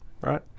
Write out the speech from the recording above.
right